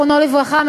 זיכרונו לברכה,